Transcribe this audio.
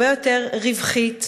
הרבה יותר רווחית,